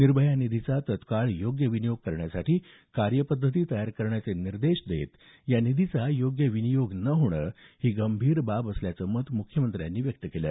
निर्भया निधीचा तत्काळ योग्य विनियोग करण्यासाठी कार्यपद्धती तयार करण्याचे निर्देश देत या निधीचा योग्य विनियोग न होणं ही गंभीर बाब असल्याचं मत मुख्यमंत्र्यांनी व्यक्त केल